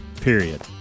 period